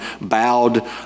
bowed